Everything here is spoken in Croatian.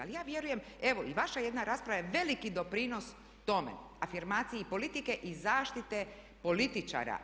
Ali ja vjerujem, evo i vaša jedna rasprava je veliki doprinos tome, afirmaciji politike i zaštite političara.